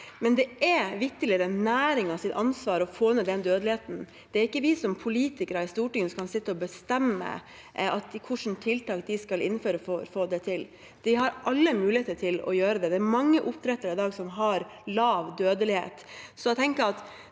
men det er vitterlig næringens ansvar å få ned den dødeligheten. Det er ikke vi som politikere i storting og regjering som kan sitte og bestemme hvilke tiltak de skal innføre for å få det til. De har alle muligheter til å gjøre det. Det er mange oppdrettere i dag som har lav dødelighet.